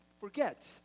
forget